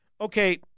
Okay